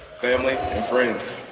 family, and friends.